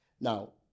Now